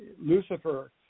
Lucifer